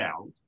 out